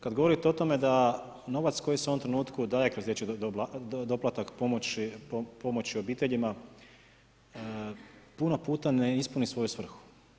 Kad govorite o tome da novac koji se u ovom trenutku daje kroz dječji doplatak pomoći obiteljima, puno puta ne ispuni svoju svrhu.